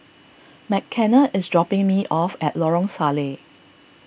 Mckenna is dropping me off at Lorong Salleh